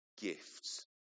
gifts